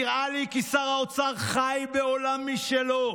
נראה לי כי שר האוצר חי בעולם משלו.